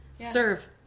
Serve